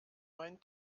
mein